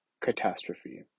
catastrophe